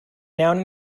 noun